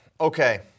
Okay